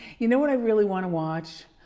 you know what i really wanna watch?